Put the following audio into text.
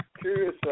curious